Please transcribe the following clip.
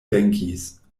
venkis